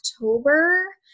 October